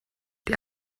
die